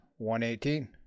118